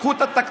קחו את התקציב,